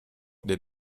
did